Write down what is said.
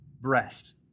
breast